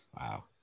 Wow